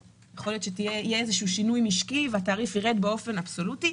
יכול להיות שיהיה איזה שינוי משקי והתעריף ירד באופן אבסולוטי.